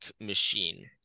machine